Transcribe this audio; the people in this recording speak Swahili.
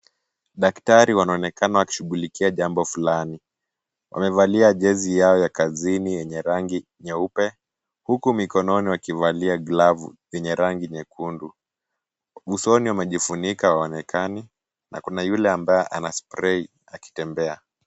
Daktari, wanaonekana wakishughulikia jambo fulani. Wamevalia jezi yao ya kazini yenye rangi nyeupe, huku mikononi wakivalia glavu zenye rangi nyekundu. Usoni wamejifunika hawaonekani na kuna yule ambaye ana spray akitembea.